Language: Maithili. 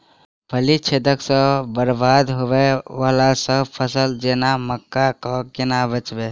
फली छेदक सँ बरबाद होबय वलासभ फसल जेना मक्का कऽ केना बचयब?